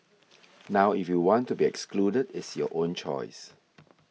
now if you want to be excluded it's your own choice